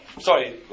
Sorry